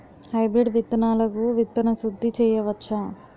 Hybrid విత్తనాలకు విత్తన శుద్ది చేయవచ్చ?